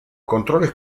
controles